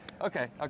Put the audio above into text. Okay